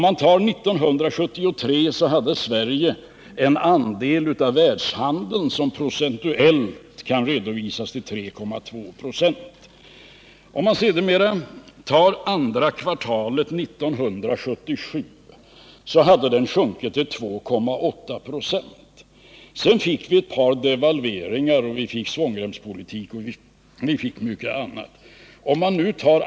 1973 hade Sverige en andel i värde av världshandeln som uppgick till 3,2 26. Andra kvartalet 1977 hade den sjunkit till 2,8 96. Sedan fick vi ett par devalveringar, svångremspolitik och mycket annat.